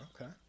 Okay